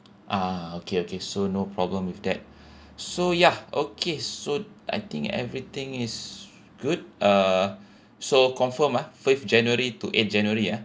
ah okay okay so no problem with that so ya okay so I think everything is good uh so confirm ah fifth january to eight january ya